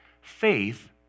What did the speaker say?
Faith